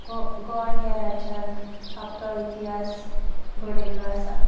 गोंय हे राज्यांत आपलो इतिहास घडयिल्लो आसा